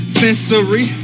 sensory